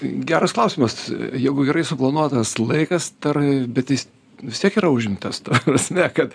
geras klausimas jeigu gerai suplanuotas laikas tar bet jis vis tiek yra užimtas ta prasme kad